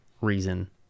reason